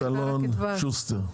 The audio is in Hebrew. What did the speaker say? חבר הכנסת אלון שוסטר.